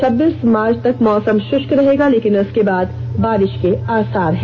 छब्बीस मार्च तक मौसम शुष्क रहेगा लेकिन इसके बाद बारिष के आसार हैं